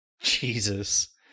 Jesus